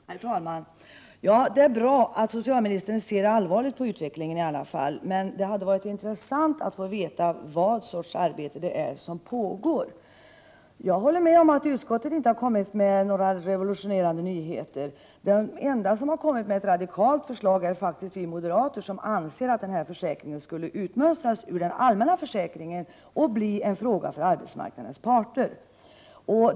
Herr talman! Det är bra att socialministern ser allvarligt på utvecklingen, men det hade varit intressant att få veta vilken sorts arbete som pågår. Jag håller med om att utskottet inte har kommit med några revolutionerande nyheter. De enda som har kommit med ett radikalt förslag är faktiskt vi moderater, som anser att försäkringen skulle utmönstras ur den allmänna försäkringen och bli en fråga för arbetsmarknadens parter.